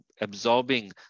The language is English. absorbing